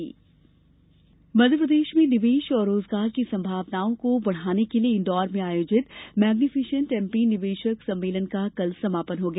magnificent MP Madhya Pradesh में निवेश और रोजगार की संभावनाओं को बढाने के लिये इंदौर में आयोजित मैग्निफिशेंट एमपी निवेशक सम्मेलन का कल समापन हो गया